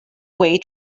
way